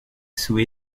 sous